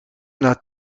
naar